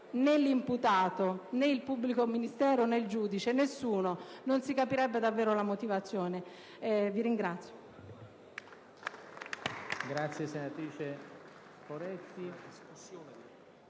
né l'imputato né il pubblico ministero né il giudice, nessuno. Non si capirebbe davvero la motivazione. *(Applausi